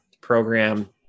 program